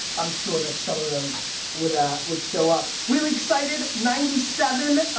i'm sure that some of them would ah would show up. real excited, ninety seven,